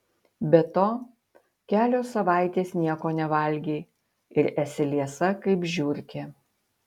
be to kelios savaitės nieko nevalgei ir esi liesa kaip žiurkė